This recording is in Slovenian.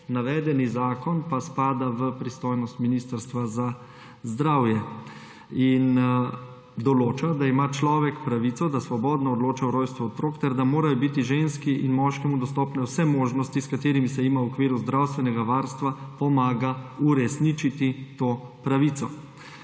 Navedeni zakon pa spada v pristojnost Ministrstva za zdravje in določa, da ima človek pravico, da svobodno odloča o rojstvu otrok ter da morajo biti ženski in moškemu dostopne vse možnosti, s katerimi se jima v okviru zdravstvenega varstva pomaga uresničiti to pravico.